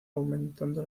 aumentando